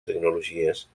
tecnologies